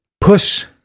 push